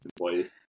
employees